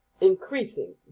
increasing